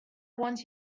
want